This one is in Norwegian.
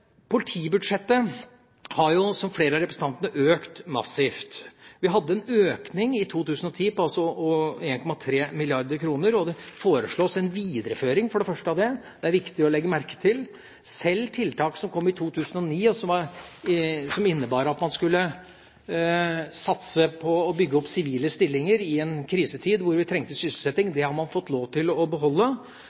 Politibudsjettet har, som flere av representantene har vært inne på, økt massivt. Vi hadde en økning i 2010 på 1,3 mrd. kr, og det foreslås en videreføring av det – det er det viktig å legge merke til. Sjøl tiltak som kom i 2009, og som innebar at man skulle satse på å bygge opp sivile stillinger i en krisetid hvor vi trengte sysselsetting, har man fått lov til å beholde,